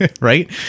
Right